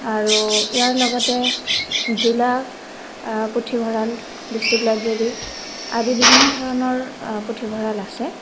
আৰু ইয়াৰ লগতে জিলা পুথিভঁৰাল ডিষ্ট্ৰিক্ট লাইব্ৰেৰী আদি বিভিন্ন ধৰণৰ পুথিভঁৰাল আছে